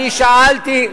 שאלתי,